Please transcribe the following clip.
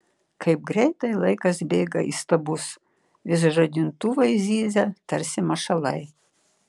kaip greitai laikas bėga įstabus vis žadintuvai zyzia tarsi mašalai